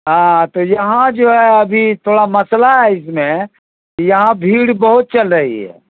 ہاں تو یہاں جو ہے ابھی تھوڑا مسئلہ ہے اس میں یہاں بھیڑ بہت چل رہی ہے